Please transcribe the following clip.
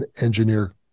engineer